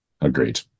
agreed